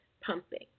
pumping